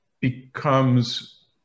becomes